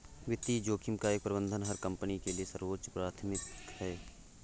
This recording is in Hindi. वित्तीय जोखिम का प्रबंधन हर कंपनी के लिए सर्वोच्च प्राथमिकता है